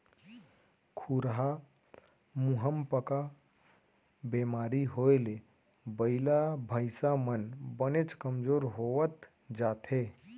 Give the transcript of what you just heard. खुरहा मुहंपका बेमारी होए ले बइला भईंसा मन बनेच कमजोर होवत जाथें